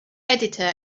editor